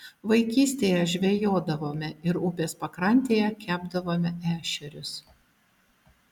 vaikystėje žvejodavome ir upės pakrantėje kepdavome ešerius